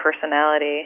personality